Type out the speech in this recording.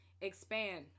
expand